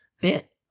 bit